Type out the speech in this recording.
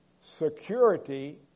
security